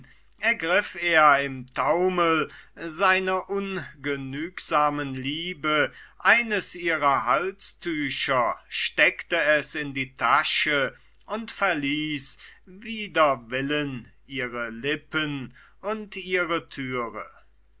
er im taumel seiner ungenügsamen liebe eines ihrer halstücher steckte es in die tasche und verließ wider willen ihre lippen und ihre türe